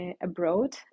abroad